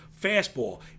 fastball